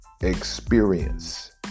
experience